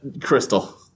Crystal